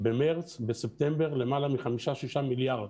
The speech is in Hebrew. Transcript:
במרץ ובספטמבר, למעלה מ-5 6 מיליארד.